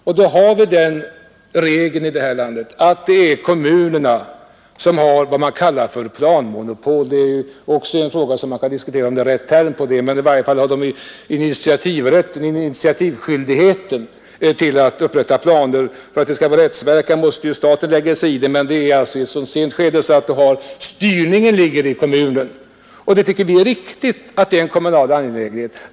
Och då finns det den regeln här i landet att det är kommunerna som har vad man kallar för planmonopol. Det kan ju diskuteras om termen är riktig, men i varje fall har kommunerna initiativrätten och skyldigheten att se till att det upprättas planer. För att dessa skall få rättsverkan måste ju staten säga sitt ord, men det blir i ett sent skede. Styrningen ligger hos kommunen. Vi tycker det är riktigt att detta skall vara en kommunal angelägenhet.